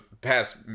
past